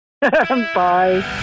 Bye